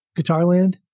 Guitarland